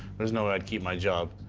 there's no way i'd keep my job.